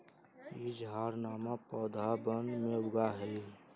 ई झाड़नमा पौधवन में उगा हई